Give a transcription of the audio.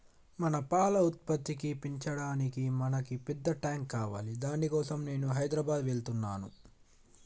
మన పాల ఉత్పత్తిని పెంచటానికి మనకి పెద్ద టాంక్ కావాలి దాని కోసం నేను హైదరాబాద్ వెళ్తున్నాను